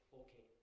okay